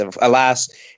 Alas